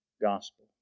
gospel